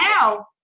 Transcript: now